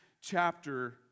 chapter